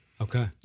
Okay